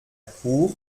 cour